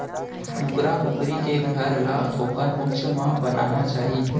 कुकरा कुकरी के घर ल थोकन उच्च म बनाना चाही